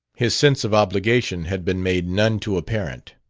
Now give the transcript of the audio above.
his sense of obligation had been made none too apparent.